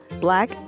black